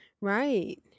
Right